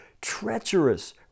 treacherous